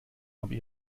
aber